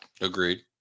Agreed